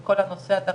אבל העבודה היא הדוקה.